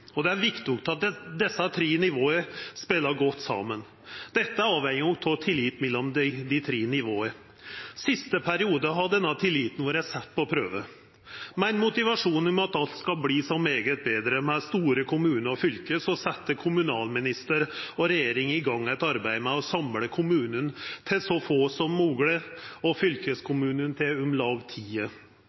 og det er viktig at desse tre nivåa spelar godt saman. Dette er avhengig av tillit mellom dei tre nivåa. Den siste perioden har denne tilliten vore sett på prøve. Med ein motivasjon om at alt skal verta så mykje betre med store kommunar og fylke, sette kommunalministeren og regjeringa i gang eit arbeid med å samla kommunane til så få som mogleg og fylkeskommunane til om lag